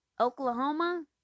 Oklahoma